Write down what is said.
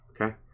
Okay